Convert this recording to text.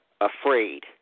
afraid